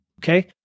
okay